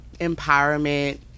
empowerment